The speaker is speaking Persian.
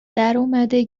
درآمده